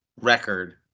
record